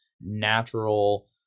natural